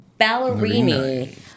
Ballerini